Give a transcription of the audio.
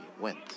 went